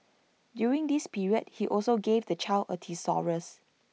during this period he also gave the child A thesaurus